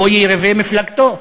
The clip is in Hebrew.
או יריבי מפלגתו.